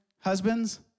Husbands